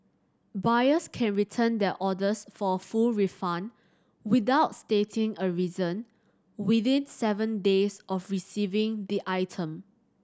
buyers can return their orders for full refund without stating a reason within seven days of receiving the item